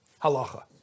Halacha